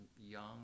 young